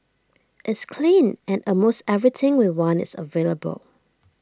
it's clean and almost everything we want is available